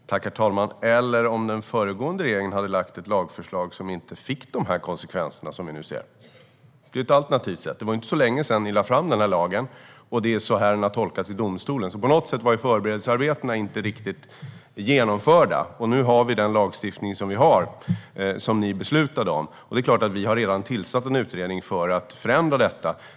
Herr talman! Ett alternativt sätt hade varit om den tidigare regeringen inte hade lagt fram ett lagförslag som fått de konsekvenser som vi nu ser. Det var ju inte så länge sedan ni lade fram lagförslaget. Nu ser vi hur lagen har tolkats i domstol. På något sätt var förberedelsearbetet inte riktigt gjort. Nu har vi den lagstiftning som ni beslutade om. Vi har redan tillsatt en utredning för att förändra detta.